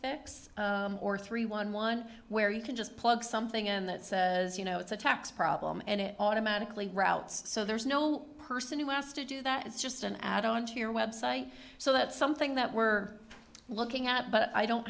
fix or three one one where you can just plug something in that says you know it's a tax problem and it automatically routes so there's no person who asked to do that it's just an add on to your website so that's something that we're looking at but i don't